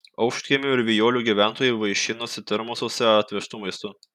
aukštkiemių ir vijolių gyventojai vaišinosi termosuose atvežtu maistu